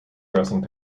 grossing